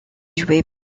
jouets